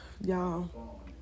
y'all